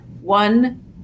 one